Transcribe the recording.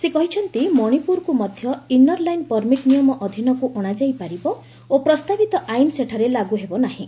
ସେ କହିଛନ୍ତି ମଣିପୁରକୁ ମଧ୍ୟ ଇନର ଲାଇନ୍ ପରମିଟ୍ ନିୟମ ଅଧୀନକୁ ଅଣାଯାଇ ପାରିବ ଓ ପ୍ରସ୍ତାବିତ ଆଇନ ସେଠାରେ ଲାଗୁ ହେବନାହିଁ